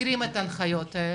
מכירים את ההנחיות האלו,